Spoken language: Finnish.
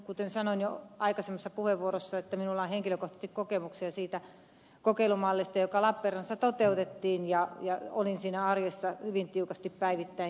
kuten sanoin jo aikaisemmassa puheenvuorossani minulla on henkilökohtaisesti kokemuksia siitä kokeilumallista joka lappeenrannassa toteutettiin ja olin siinä arjessa hyvin tiukasti päivittäin kiinni